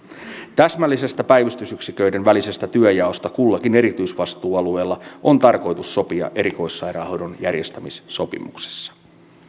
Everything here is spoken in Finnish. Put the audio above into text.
täsmällisestä päivystysyksiköiden välisestä työnjaosta kullakin erityisvastuualueella on tarkoitus sopia erikoissairaanhoidon järjestämissopimuksessa